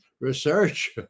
research